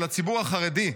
של הציבור החרדי,